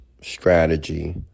strategy